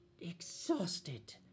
exhausted